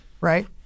right